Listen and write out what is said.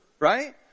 Right